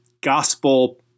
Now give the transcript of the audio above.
gospel